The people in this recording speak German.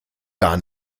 gar